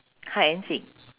hide and seek